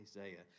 Isaiah